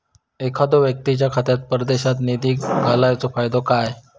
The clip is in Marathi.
एखादो व्यक्तीच्या खात्यात परदेशात निधी घालन्याचो फायदो काय?